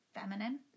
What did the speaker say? feminine